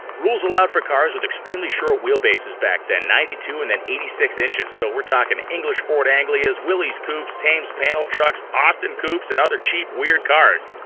rules allowed for cars with extremely short wheel bases back then. ninety two and then eighty six inches, so we're talkin' english ford anglias, willys coupes, thames panel trucks, austin coupes, and other cheap, weird cars.